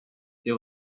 est